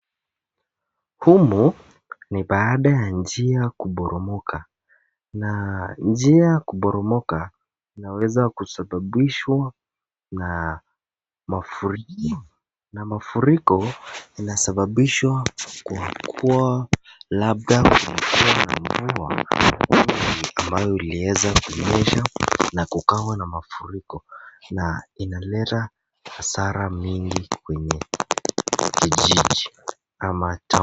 Humu ni baada ya njia kuporomoka, na njia kuporomoka inaweza kusababishwa na mafuriko. Na mafuriko inasababishwa kwa kuwa labda kwa mvua ambayo iliweza kunyesha na kukawa na mafuriko na inaleta hasara mingi kwenye kijiji ama town